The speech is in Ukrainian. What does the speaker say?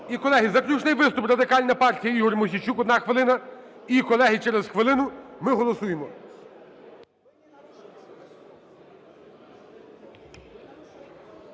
І, колеги, заключний виступ – Радикальна партія, Ігор Мосійчук, одна хвилина. І, колеги, через хвилину ми голосуємо.